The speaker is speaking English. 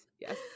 yes